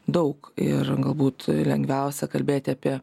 daug ir galbūt lengviausia kalbėti apie